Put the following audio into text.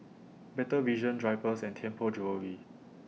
Better Vision Drypers and Tianpo Jewellery